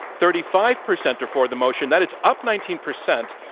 thirty five percent are for the motion. that's up nineteen percent.